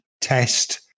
test